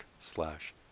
slash